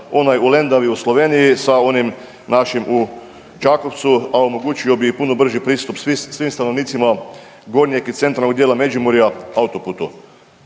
Onaj u Lendavi u Sloveniji sa onim našim u Čakovcu, a omogućio bi i puno brži pristup svim stanovnicima gornjeg i centralnog dijela Međimurja autoputu.